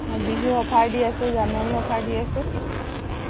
বিহুৰ অফাৰ দি আছে জানুৱাৰী অফাৰ দি আছে